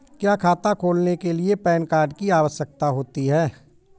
क्या खाता खोलने के लिए पैन कार्ड की आवश्यकता होती है?